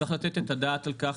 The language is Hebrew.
צריך לתת את הדעת על כך.